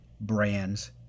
brands